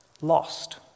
lost